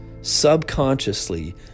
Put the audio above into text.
subconsciously